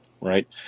Right